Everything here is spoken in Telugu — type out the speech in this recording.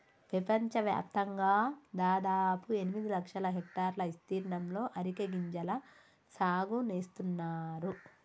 పెపంచవ్యాప్తంగా దాదాపు ఎనిమిది లక్షల హెక్టర్ల ఇస్తీర్ణంలో అరికె గింజల సాగు నేస్తున్నారు